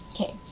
Okay